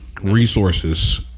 Resources